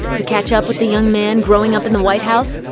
to catch up with the young man growing up in the white house,